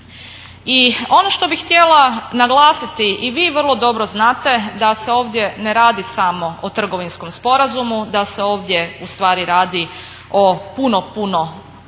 I ono što bih htjela naglasiti i vi vrlo dobro znate da se ovdje ne radi samo o trgovinskom sporazumu, da se ovdje u stvari radi o puno, puno